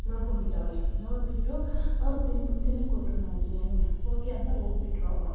ನೋಡ್ಕೊಂಬಿಟ್ಟವ್ರೆ ನೋಡಿಬಿಟ್ಟು ಅವ್ರು ತಿನ್ನು ತಿನ್ನಕ್ಕೊಟ್ರು ನಾವು ಬಿರ್ಯಾನಿ ಓಕೆ ಅಂತ ಹೋಗಿಬಿಟ್ರು ಅವರು